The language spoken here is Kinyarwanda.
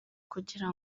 kugira